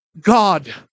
God